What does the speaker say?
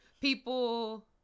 People